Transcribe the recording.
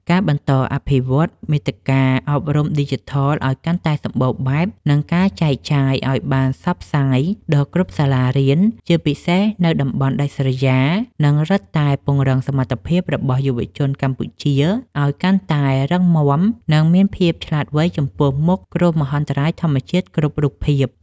ការបន្តអភិវឌ្ឍមាតិកាអប់រំឌីជីថលឱ្យកាន់តែសម្បូរបែប និងការចែកចាយឱ្យបានសព្វសាយដល់គ្រប់សាលារៀន ជាពិសេសនៅតំបន់ដាច់ស្រយាល នឹងរឹតតែពង្រឹងសមត្ថភាពរបស់យុវជនកម្ពុជាឱ្យកាន់តែរឹងមាំ និងមានភាពឆ្លាតវៃចំពោះមុខគ្រោះមហន្តរាយធម្មជាតិគ្រប់រូបភាព។